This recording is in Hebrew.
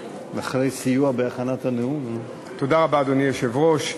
רבה, אדוני היושב-ראש.